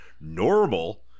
normal